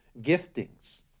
giftings